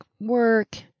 work